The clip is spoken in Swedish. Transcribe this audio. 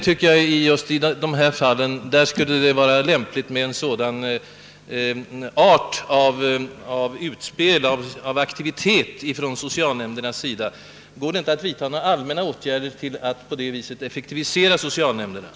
I just de fall vi nu talar om borde en aktivitet av den arten från socialnämndernas sida vara synnerligen önskvärd och lämplig.